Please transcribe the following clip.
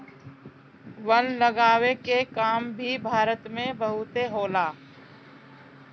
वन लगावे के काम भी भारत में बहुते होला